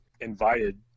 invited